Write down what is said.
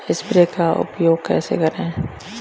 Sprayer का उपयोग कैसे करें?